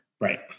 Right